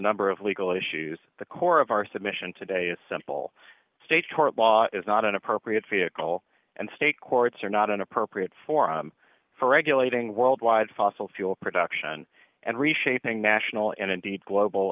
number of legal issues the core of our submission today is simple state law is not an appropriate physical and state courts are not an appropriate forum for regulating worldwide fossil fuel production and reshaping national and indeed global